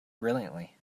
brilliantly